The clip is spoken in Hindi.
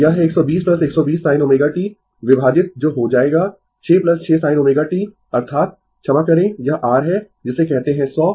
तो यह है 120 120 sin ω t विभाजित जो हो जाएगा 6 6 sin ω t अर्थात क्षमा करें यह r है जिसे कहते है 100